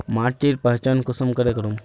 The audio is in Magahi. माटिर पहचान कुंसम करे करूम?